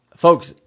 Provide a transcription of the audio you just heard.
Folks